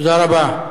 תודה רבה.